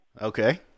Okay